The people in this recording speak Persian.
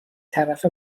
طرف